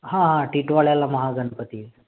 हा हा टिटवाळ्याला महागणपती आहे